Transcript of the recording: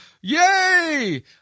yay